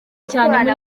cyane